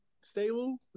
stable